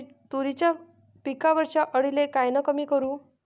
तुरीच्या पिकावरच्या अळीले कायनं कमी करू?